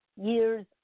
years